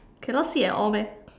cannot see at all meh